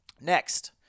Next